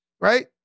right